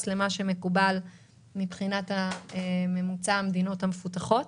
למה שמקובל מבחינת ממוצע המדינות המפותחות.